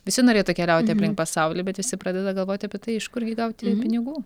visi norėtų keliauti aplink pasaulį bet visi pradeda galvoti apie tai iš kurgi gauti pinigų